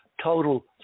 total